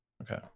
Okay